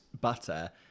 butter